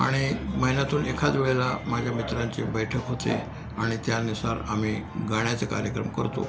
आणि महिन्यातून एखाद वेळेला माझ्या मित्रांची बैठक होते आणि त्यानुसार आम्ही गाण्याचे कार्यक्रम करतो